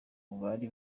bari